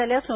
झाले असून